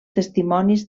testimonis